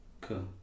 Cool